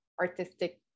artistic